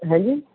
ਹੈਂਜੀ